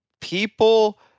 people